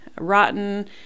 rotten